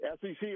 SEC